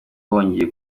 wongeye